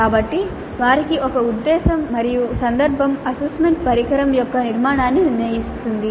కాబట్టి వారికి ఒక ఉద్దేశ్యం మరియు సందర్భం అసెస్మెంట్ పరికరం యొక్క నిర్మాణాన్ని నిర్ణయిస్తుంది